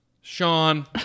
Sean